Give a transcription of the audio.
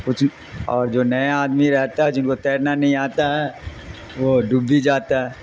کچھ اور جو نیا آدمی رہتا ہے جن کو تیرنا نہیں آتا ہے وہ ڈب بھی جاتا ہے